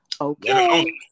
Okay